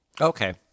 Okay